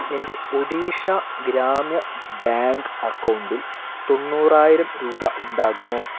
എൻ്റെ ഒഡീഷ ഗ്രാമ്യ ബാങ്ക് അക്കൗണ്ടിൽ തൊണ്ണൂറായിരം രൂപ ഉണ്ടാകുമോ